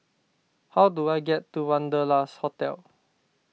how do I get to Wanderlust Hotel